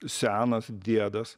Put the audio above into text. senas diedas